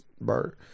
Bird